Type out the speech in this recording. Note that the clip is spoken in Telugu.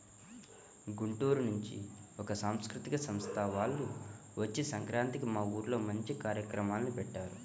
గుంటూరు నుంచి ఒక సాంస్కృతిక సంస్థ వాల్లు వచ్చి సంక్రాంతికి మా ఊర్లో మంచి కార్యక్రమాల్ని పెట్టారు